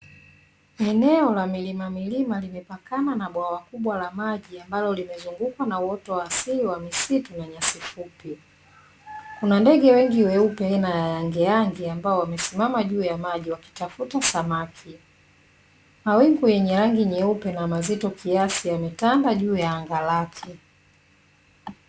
Eneo la milimamilima limepakana na bwawa kubwa la maji ambalo limezungukwa na uoto wa asili wa misitu na nyasi fupi. Kuna ndege wengi weupe aina ya yangeyange ambao wamesimama juu ya maji wakitafuta samaki. Mawingu yenye rangi nyeupe na mazito kiasi yametanda juu ya anga lake.